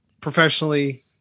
professionally